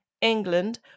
England